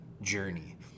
journey